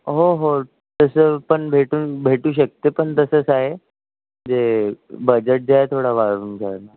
हो हो तसं पण भेटून भेटू शकते पण तसंच आहे जे बजेट जे आहे थोडं वाढून जाणार